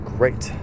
Great